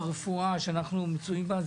ברפואה שאנחנו מצויים בה,